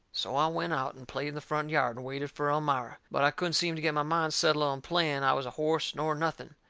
so i went out and played in the front yard, and waited fur elmira. but i couldn't seem to get my mind settled on playing i was a horse, nor nothing.